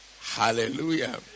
hallelujah